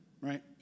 Right